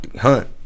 Hunt